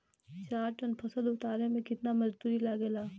चार टन फसल उतारे में कितना मजदूरी लागेला?